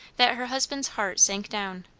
that her husband's heart sank down.